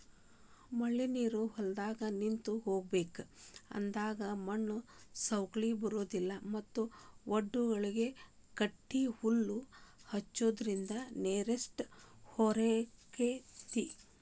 ಮಳಿನೇರು ಹೊಲದಾಗ ನಿಂತ ಹೋಗಬೇಕ ಅಂದಾಗ ಮಣ್ಣು ಸೌಕ್ಳಿ ಬರುದಿಲ್ಲಾ ಮತ್ತ ವಡ್ಡಗಳಿಗೆ ಗಡ್ಡಿಹಲ್ಲು ಹಚ್ಚುದ್ರಿಂದ ನೇರಷ್ಟ ಹೊಕೈತಿ